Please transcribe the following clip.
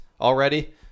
already